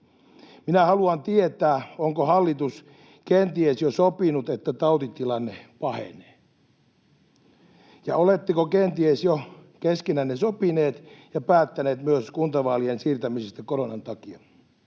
Minä haluan tietää, onko hallitus kenties jo sopinut, että tautitilanne pahenee, ja oletteko kenties jo keskenänne sopineet ja päättäneet myös kuntavaalien siirtämisestä koronan takia.